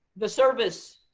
the service